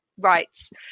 rights